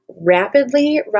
rapidly